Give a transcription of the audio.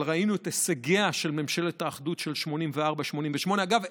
אבל ראינו את הישגיה של ממשלת האחדות של 1984 1988. אגב,